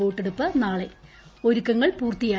വോട്ടെടുപ്പ് നാളെ ഒരുക്കങ്ങൾ പൂർത്തിയായി